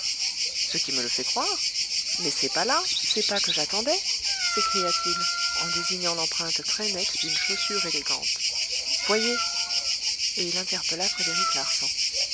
ce qui me le fait croire mais ces pas là ces pas que j'attendais s'écria-t-il en désignant l'empreinte très nette d'une chaussure élégante voyez et il interpella frédéric larsan